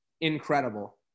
Incredible